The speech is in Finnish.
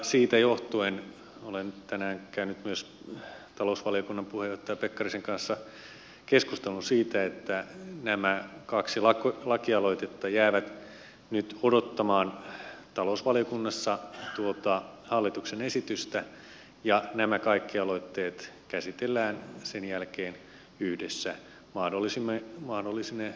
siitä johtuen olen tänään käynyt myös talousvaliokunnan puheenjohtaja pekkarisen kanssa keskustelun siitä että nämä kaksi lakialoitetta jäävät nyt odottamaan talousvaliokunnassa tuota hallituksen esitystä ja nämä kaikki aloitteet käsitellään sen jälkeen yhdessä vaan olisimme vaan olisimme